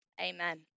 Amen